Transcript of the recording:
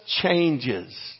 changes